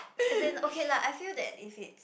as in okay lah I feel that if it's